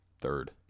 third